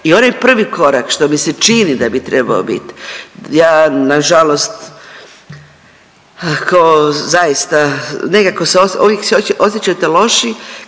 i onaj prvi korak što mi se čini da bi trebao bit, ja nažalost kao zaista nekako se uvijek osjećate loše